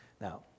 Now